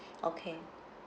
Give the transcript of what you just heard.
okay